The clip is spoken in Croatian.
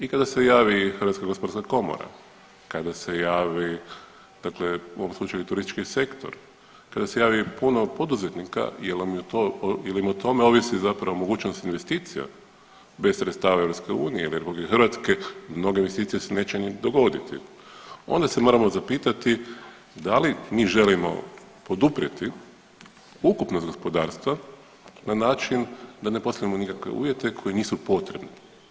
I kada se javi Hrvatska gospodarska komora, kada se javi dakle u ovom slučaju turistički sektor, kada se javi puno poduzetnika jel i o tome ovisi zapravo mogućost investicija, bez sredstava EU i RH mnoge investicije se neće ni dogoditi, onda se moramo zapitati da li mi želimo poduprijeti ukupnost gospodarstva na način da ne postavljamo nikakve uvjete koji nisu potrebni.